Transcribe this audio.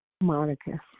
Monica